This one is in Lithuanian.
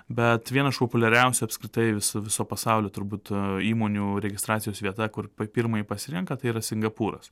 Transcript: bet viena iš populiariausių apskritai viso viso pasaulio turbūt įmonių registracijos vieta kur p pirmąjį pasirenka tai yra singapūras